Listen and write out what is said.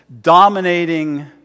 dominating